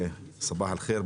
סבח אל ח'יר,